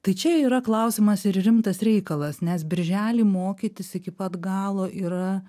tai čia yra klausimas ir rimtas reikalas nes birželį mokytis iki pat galo yra